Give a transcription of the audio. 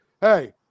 hey